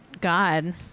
God